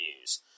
news